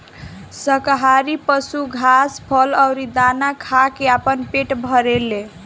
शाकाहारी पशु घास, फल अउरी दाना खा के आपन पेट भरेले